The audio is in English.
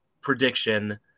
prediction